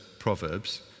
proverbs